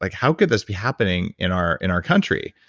like how could this be happening in our in our country?